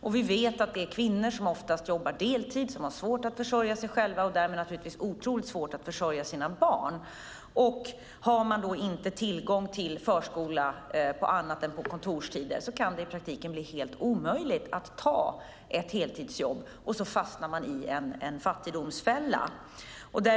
Och vi vet att det är kvinnor som oftast jobbar deltid, som har svårt att försörja sig själva och därmed naturligtvis otroligt svårt att försörja sina barn. Har man inte tillgång till förskola på annat än kontorstider kan det i praktiken bli helt omöjligt att ta ett heltidsjobb, och man fastnar då i en fattigdomsfälla.